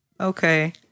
Okay